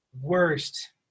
worst